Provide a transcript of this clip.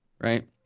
Right